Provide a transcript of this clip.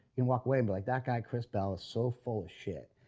you'll walk away and be like, that guy chris bell is so full of shit.